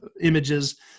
images